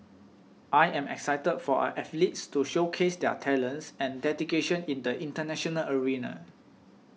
I am excited for our athletes to showcase their talents and dedication in the international arena